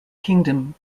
kingdom